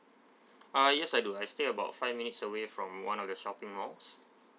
uh yes I do I stay about five minutes away from one of the shopping malls